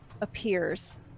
appears